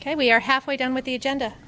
ok we are halfway done with the agenda